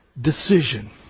decision